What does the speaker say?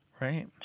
Right